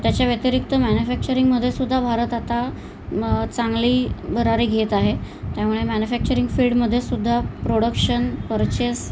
त्याच्या व्यतिरिक्त मॅन्युफॅक्चरिंगमध्ये सुद्धा भारत आता म चांगली भरारी घेत आहे त्यामुळे मॅन्युफॅक्चरिंग फील्डमधे सुद्धा प्रोडक्शन परचेस